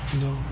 No